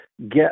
get